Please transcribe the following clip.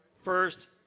first